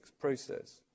process